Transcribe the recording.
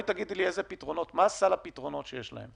מה סל הפתרונות שיש?